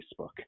Facebook